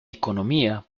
economía